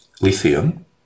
lithium